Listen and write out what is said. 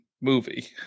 movie